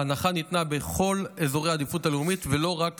ההנחה ניתנה בכל אזורי העדיפות הלאומית ולא רק